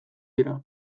dira